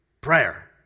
Prayer